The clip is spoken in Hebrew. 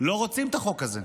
לא רוצים את החוק הזה,